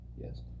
Yes